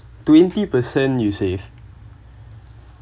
twenty percent you save